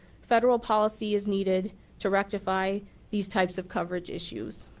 federal policy is needed to rectify these types of coverage issues.